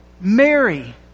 Mary